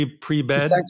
pre-bed